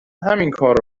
همینکارو